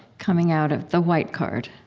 coming out, ah the white card,